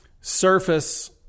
surface